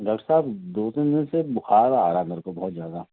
doctor साहब दो तीन दिन से बुखार आ रहा है मेरे को बहुत ज़्यादा